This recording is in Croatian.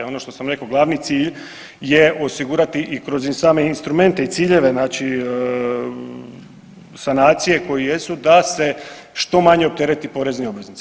Ono što sam rekao glavni cilj je osigurati i kroz same instrumente i ciljeve znači sanacije koje jesu da se što manje opterete porezni obveznici.